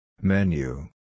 Menu